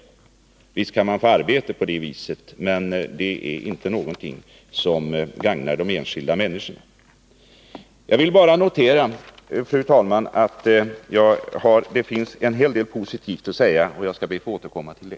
Visst kan man få arbete på det viset, men det är inte någonting som gagnar de enskilda människorna. Fru talman! Det finns en hel del positivt att säga, och jag skall be att få återkomma till det.